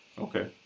Okay